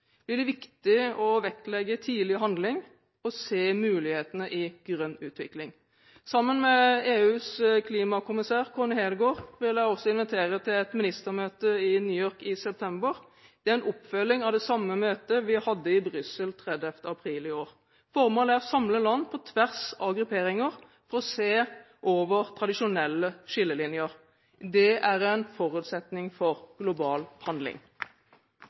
blir det viktig å vektlegge tidlig handling og se mulighetene i grønn utvikling. Sammen med EUs klimakommisær, Connie Hedegaard, vil jeg også invitere til et ministermøte i New York i september. Det er en oppfølging av det møtet vi hadde i Brussel den 30. april i år. Formålet er å samle land på tvers av grupperinger for å se over tradisjonelle skillelinjer. Det er en forutsetning for global handling.